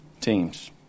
teams